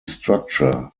structure